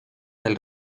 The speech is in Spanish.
del